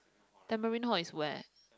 Tamarind Hall is where